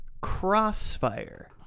Crossfire